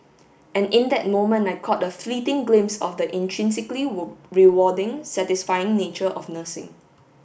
and in that moment I caught a fleeting glimpse of the intrinsically rewarding satisfying nature of nursing